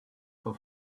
for